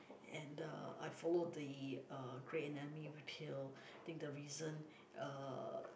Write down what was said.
and the I follow the uh grey anatomy till think the reason uh